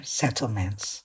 settlements